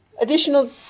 additional